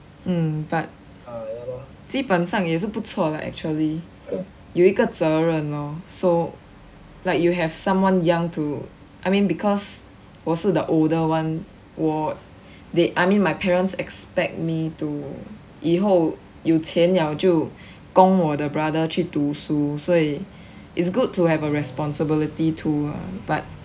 mm but 基本上也是不错 lah actually 有一个责任 lor so like you have someone young to I mean because 我是 the older one 我 I mean my parents expect me to 以后有钱了就供我的 brother 去读书所以 it's good to have a responsibility to ah but